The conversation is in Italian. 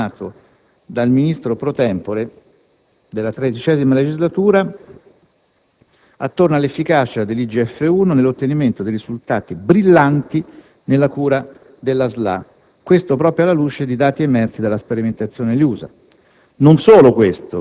con quanto affermato dal Ministro *pro tempore* della XIII legislatura sull'efficacia dell'IGF-1 nell'ottenimento dei risultati brillanti nella cura della SLA, proprio alla luce di dati emersi dalla sperimentazione negli USA.